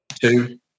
Two